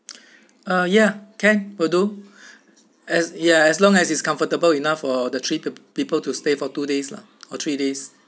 ah yeah can we'll do as yeah as long as it's comfortable enough for the trip to people to stay for two days lah or three days